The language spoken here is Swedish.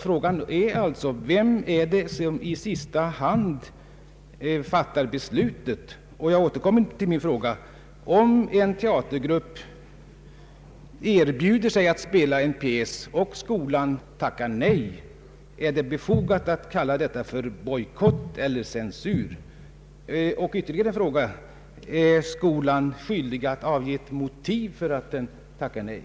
Frågan är alltså: Vem är det som i sista hand fattar beslutet? Jag återkommer också till min andra fråga: Om en teatergrupp erbjuder sig att spela en pjäs och skolan tackar nej, är det befogat att kalla detta för bojkott eller censur? Ytterligare en fråga: Menar utbildningsministern att skolan skulle vara skyldig att ange ett motiv för att den tackar nej?